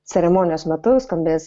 ceremonijos metu skambės